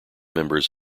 members